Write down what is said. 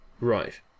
Right